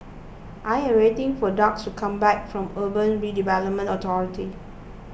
I am waiting for Dax to come back from Urban Redevelopment Authority